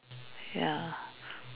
ya